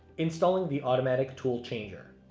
installing the automatic tool changer.